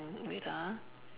wait ah